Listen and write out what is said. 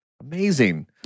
amazing